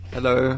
Hello